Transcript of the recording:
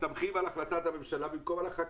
מסתמכים על החלטת הממשלה במקום על החקיקה.